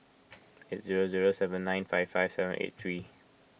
eight zero zero seven nine five five seven eight three